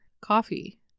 coffee